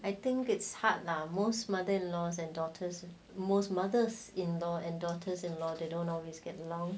I think it's hard lah most mother in laws and daughters most mothers in law and daughters in law they don't always get along